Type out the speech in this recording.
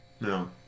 No